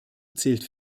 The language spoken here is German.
zählt